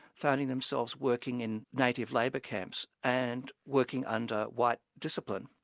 finding themselves working in native labour camps, and working under white discipline,